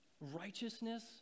Righteousness